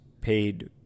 paid